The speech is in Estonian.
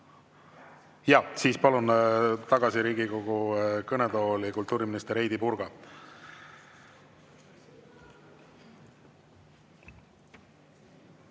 Jah, siis palun tagasi Riigikogu kõnetooli kultuuriminister Heidy Purga.